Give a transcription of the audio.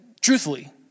truthfully